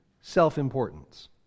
self-importance